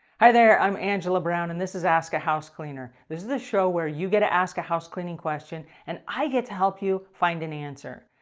hi there. i'm angela brown, and this is ask a house cleaner. this is a show where you get to ask a housecleaning question, and i get to help you find an answer.